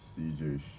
CJ